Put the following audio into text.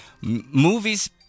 movies